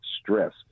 stress